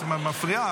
את מפריעה.